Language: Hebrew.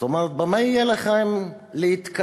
זאת אומרת, במה יהיה לכם להתכסות